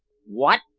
what!